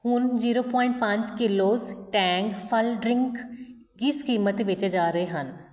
ਹੁਣ zero point ਪੰਜ kilos Tang ਫਲ ਡਰਿੰਕ ਕਿਸ ਕੀਮਤ 'ਤੇ ਵੇਚੇ ਜਾ ਰਹੇ ਹਨ